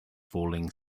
falling